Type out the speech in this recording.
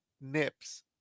nips